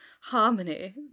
harmony